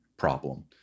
problem